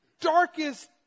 darkest